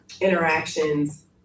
interactions